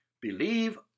Believe